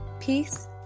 peace